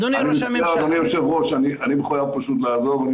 אדוני היושב-ראש, אני מחויב פשוט לעזוב.